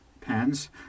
pens